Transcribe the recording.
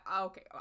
Okay